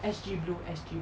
S_G blue S_G blue